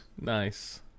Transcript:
Nice